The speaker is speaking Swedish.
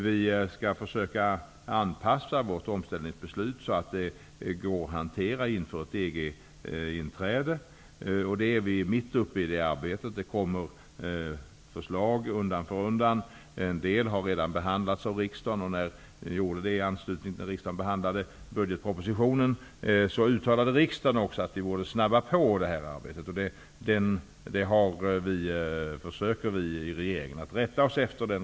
Vi skall försöka anpassa vårt omställningsbeslut så att det går att hantera inför ett EG-inträde. Det arbetet är vi mitt uppe i. Det kommer förslag undan för undan. En del har redan behandlats av riksdagen i anslutning till budgetpropositionen. Då uttalade också riksdagen att vi borde snabba på med det här arbetet. Den rekommendationen försöker vi i regeringen att rätta oss efter.